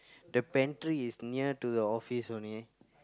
the pantry is near to the office only